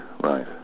right